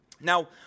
Now